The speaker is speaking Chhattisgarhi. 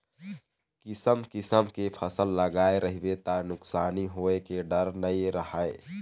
किसम किसम के फसल लगाए रहिबे त नुकसानी होए के डर नइ रहय